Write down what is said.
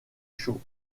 chauds